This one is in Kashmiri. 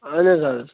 اَہن حظ اۭں